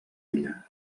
ella